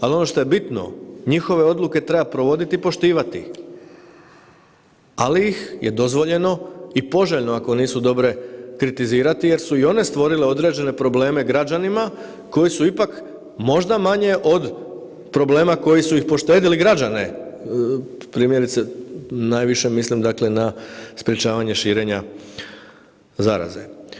Ali ono što je bitno njihove odluke treba provoditi i poštivat ih, ali je dozvoljeno i poželjno ako nisu dobre kritizirati jer su i one stvorile određene probleme građanima koji su ipak možda manje od problema koji su ih poštedili građane, primjerice najviše mislim dakle na sprječavanje širenja zaraze.